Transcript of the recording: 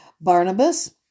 Barnabas